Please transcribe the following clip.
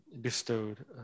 bestowed